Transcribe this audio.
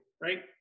right